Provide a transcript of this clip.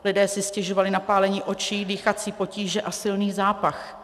Lidé si stěžovali na pálení očí, dýchací potíže a silný zápach.